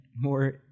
more